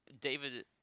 david